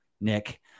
Nick